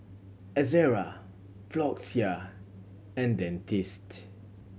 Ezerra Floxia and Dentiste